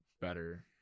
better